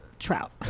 trout